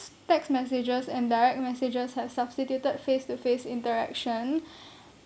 text messages and direct messages have substituted face to face interaction